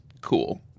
cool